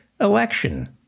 election